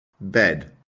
Bed